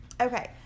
Okay